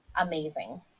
amazing